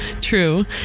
true